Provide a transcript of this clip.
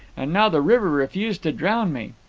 and now the river refused to drown me.